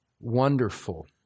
wonderful